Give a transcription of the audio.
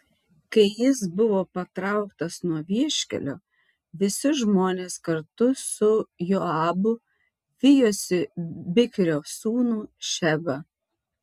kai jis buvo patrauktas nuo vieškelio visi žmonės kartu su joabu vijosi bichrio sūnų šebą